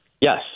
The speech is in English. yes